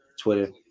Twitter